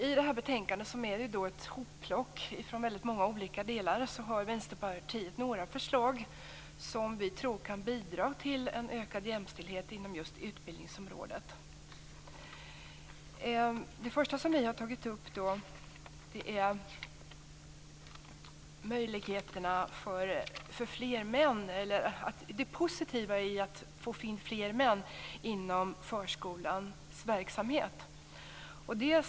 I betänkandet, som är ett hopplock av många olika delar, har Vänsterpartiet några förslag som vi tror kan bidra till ökad jämställdhet inom just utbildningsområdet. Det första vi tagit upp är det positiva med att försöka få in fler män i förskolans verksamhet.